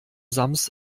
sams